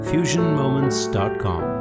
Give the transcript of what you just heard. FusionMoments.com